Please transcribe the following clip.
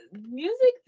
music